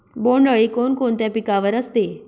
बोंडअळी कोणकोणत्या पिकावर असते?